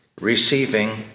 receiving